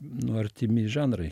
nu artimi žanrai